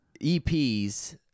EPs